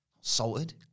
salted